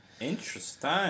Interesting